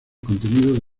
contenido